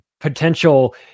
potential